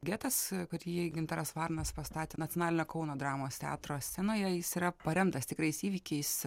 getas kad jį gintaras varnas pastatė nacionalinio kauno dramos teatro scenoje jis yra paremtas tikrais įvykiais